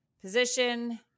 position